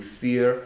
fear